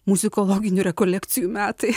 muzikologinių rekolekcijų metai